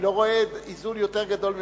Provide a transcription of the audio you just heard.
אני לא רואה איזון יותר גדול ממנו.